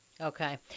Okay